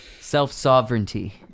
self-sovereignty